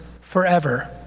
forever